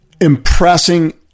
impressing